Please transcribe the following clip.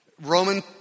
Roman